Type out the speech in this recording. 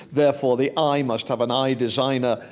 therefore the eye must have an eye designer,